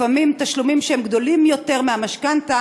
לפעמים תשלומים שהם גדולים יותר מהמשכנתה